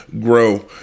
grow